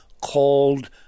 called